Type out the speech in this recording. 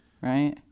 Right